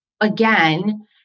again